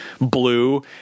blue